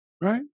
Right